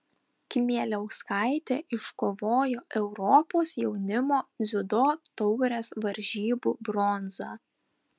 kmieliauskaitė iškovojo europos jaunimo dziudo taurės varžybų bronzą